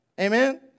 amen